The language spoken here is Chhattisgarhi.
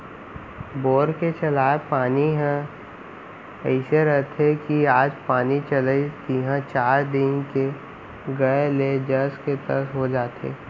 बोर के चलाय पानी ह अइसे रथे कि आज पानी चलाइस तिहॉं चार दिन के गए ले जस के तस हो जाथे